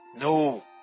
No